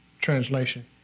translation